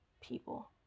people